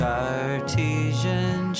Cartesian